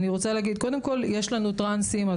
קודם כל יש אצלנו טרנסים,